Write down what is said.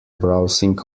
browsing